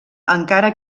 encara